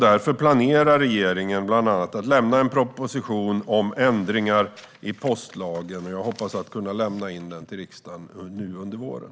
Därför planerar regeringen bland annat att lämna en proposition om ändringar i postlagen. Jag hoppas att kunna lämna den till riksdagen nu under våren.